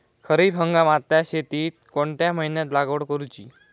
खरीप हंगामातल्या शेतीक कोणत्या महिन्यात लागवड करूची?